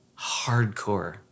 hardcore